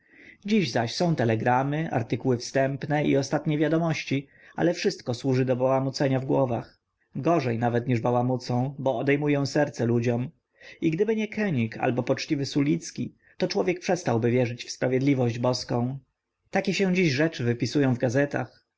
dziś zaś są telegramy artykuły wstępne i ostatnie wiadomości ale wszystko służy do bałamucenia w głowach gorzej nawet niż bałamucą bo odejmują serca ludziom i gdyby nie kenig albo poczciwy sulicki to człowiek przestałby wierzyć w sprawiedliwość boską takie się dziś rzeczy wypisują w gazetach